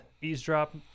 Eavesdrop